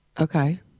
Okay